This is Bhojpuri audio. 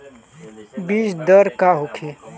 बीजदर का होखे?